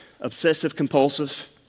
obsessive-compulsive